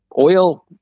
Oil